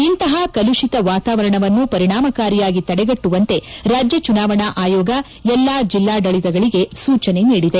ಇಂತಹ ಕಲುಷಿತ ವಾತಾವರಣವನ್ನು ಪರಿಣಾಮಕಾರಿಯಾಗಿ ತಡೆಗಟ್ಟುವಂತೆ ರಾಜ್ಯ ಚುನಾವಣಾ ಆಯೋಗ ಎಲ್ಲಾ ಜಿಲ್ಲಾಡಳಿತಗಳಿಗೆ ಸೂಚನೆ ನೀಡಿದೆ